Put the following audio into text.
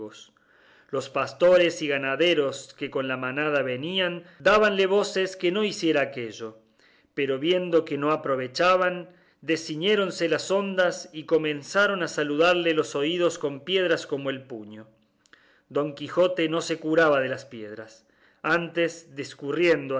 los pastores y ganaderos que con la manada venían dábanle voces que no hiciese aquello pero viendo que no aprovechaban desciñéronse las hondas y comenzaron a saludalle los oídos con piedras como el puño don quijote no se curaba de las piedras antes discurriendo